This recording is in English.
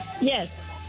Yes